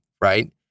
right